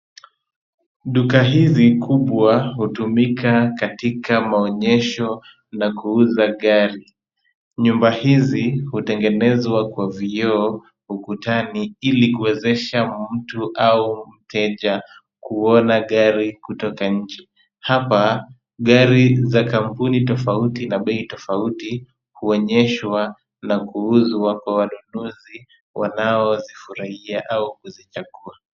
Duka hizi kubwa hutumika katika maonyesho na kuuza gari. Nyumba hizi hutengenezwa kwa vioo ukutani, ili kuwezesha mtu au mteja kuona gari kutoka nje. Hapa gari za kampuni tofauti na bei tofauti, huonyeshwa na kuuzwa kwa wanunuzi wanaozifurahia au kuzichagua.